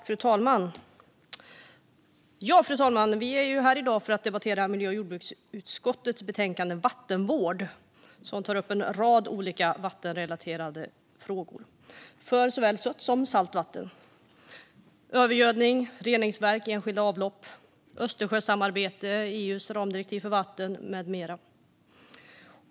Fru talman! Vi ska i dag debattera miljö och jordbruksutskottets betänkande Vattenvård där en rad olika vattenrelaterade frågor tas upp för såväl sött som salt vatten. Det handlar om övergödning, reningsverk, enskilda avlopp, Östersjösamarbete, EU:s ramdirektiv för vatten med mera.